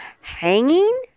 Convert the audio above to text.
hanging